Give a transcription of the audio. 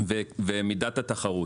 הזה ומידת התחרות.